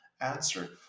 answer